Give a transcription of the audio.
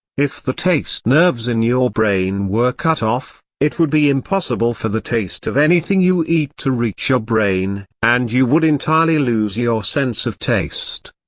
if the taste nerves in your brain were cut off, it would be impossible for the taste of anything you eat to reach your brain, and you would entirely lose your sense of taste.